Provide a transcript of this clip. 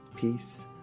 Peace